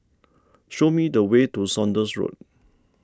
show me the way to Saunders Road